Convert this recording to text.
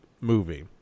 movie